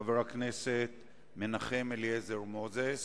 חבר הכנסת מנחם אליעזר מוזס.